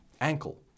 ankle